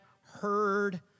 heard